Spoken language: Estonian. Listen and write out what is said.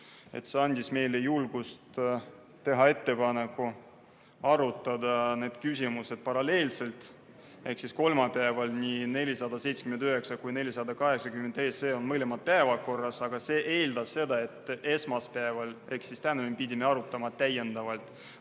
see andis meile julguse teha ettepanek arutada neid küsimusi paralleelselt. Ehk kolmapäeval on nii 479 SE kui ka 480 SE mõlemad päevakorras, aga see eeldas seda, et esmaspäeval ehk siis täna me pidime arutama täiendavalt